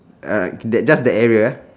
ah can just that area uh